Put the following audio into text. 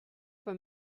for